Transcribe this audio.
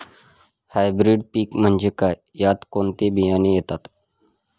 Hybrid पीक म्हणजे काय? यात कोणते बियाणे येतात?